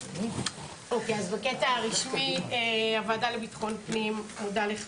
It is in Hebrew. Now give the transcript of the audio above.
אז בקטע הרשמי הוועדה לביטחון פנים מודה לך